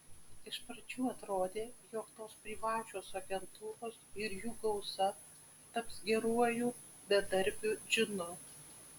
iš pradžių atrodė jog tos privačios agentūros ir jų gausa taps geruoju bedarbių džinu